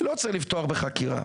לא צריך לפתוח בחקירה.